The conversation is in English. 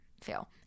fail